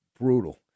brutal